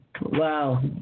Wow